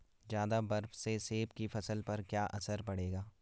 ज़्यादा बर्फ से सेब की फसल पर क्या असर पड़ेगा?